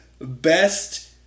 best